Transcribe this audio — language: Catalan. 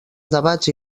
debats